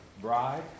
bride